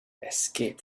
escape